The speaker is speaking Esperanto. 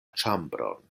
ĉambron